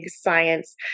science